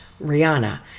Rihanna